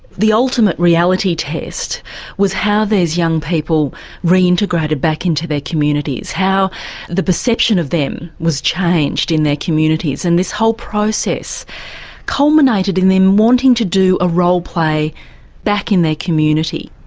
the ultimate reality test was how these young people reintegrated back into their communities, how the perception of them was changed in their communities and this whole process culminated in them wanting to do a roleplay back in their community.